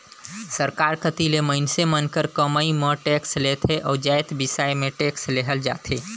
सरकार कती ले मइनसे मन कर कमई म टेक्स लेथे अउ जाएत बिसाए में टेक्स लेहल जाथे